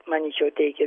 manyčiau teikia